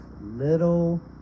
little